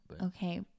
Okay